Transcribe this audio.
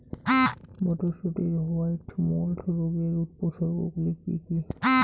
মটরশুটির white mould রোগের উপসর্গগুলি কী কী?